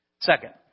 Second